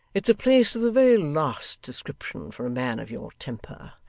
it's a place of the very last description for a man of your temper.